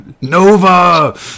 Nova